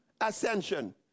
ascension